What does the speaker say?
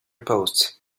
posts